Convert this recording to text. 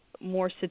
more